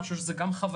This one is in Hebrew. אני חושב שזו גם חוויה,